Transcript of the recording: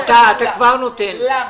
למה?